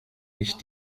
nicht